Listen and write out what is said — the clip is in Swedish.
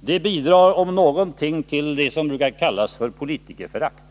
Det bidrar om någonting till det som brukar kallas för politikerförakt.